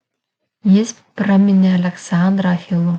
jis praminė aleksandrą achilu